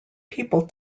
people